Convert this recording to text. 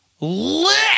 lit